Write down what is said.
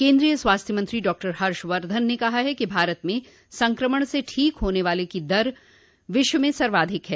केन्द्रीय स्वास्थ्य मंत्री डॉक्टर हर्षवर्धन ने कहा है कि भारत में संक्रमण से ठीक होने वाला की दर विश्व में सर्वाधिक है